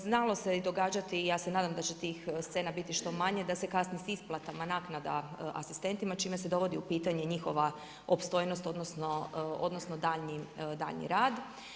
Znalo se i događati i ja se nadam da će tih scena biti što manje da se kasni s isplatama naknada asistentima čime se dovodi u pitanje i njihova opstojnost, odnosno daljnji rad.